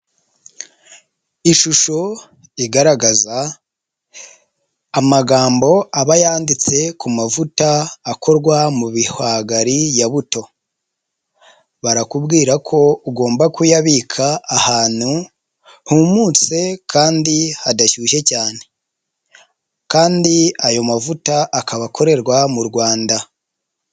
Ishusho igaragaza amagambo aba yanditse ku mavuta akorwa mu bihwagari ya buto, barakubwira ko ugomba kuyabika ahantu humutse kandi hadashyushye cyane kandi ayo mavuta akaba akorerwa mu Rwanda.